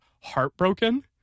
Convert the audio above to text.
heartbroken